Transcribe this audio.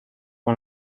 con